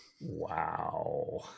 wow